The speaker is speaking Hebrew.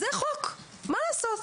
זה חוק, מה לעשות.